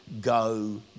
go